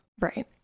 Right